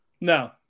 No